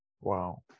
Wow